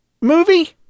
movie